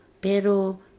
pero